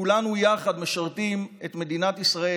כולנו יחד משרתים את מדינת ישראל,